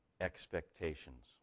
expectations